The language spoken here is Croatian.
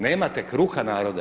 Nemate kruha narode?